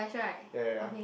ya